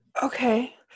Okay